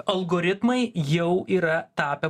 algoritmai jau yra tapę